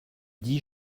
dix